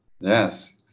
Yes